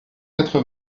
quatre